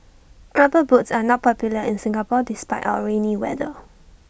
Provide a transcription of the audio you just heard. rubber boots are not popular in Singapore despite our rainy weather